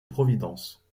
providence